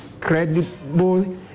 credible